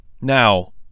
Now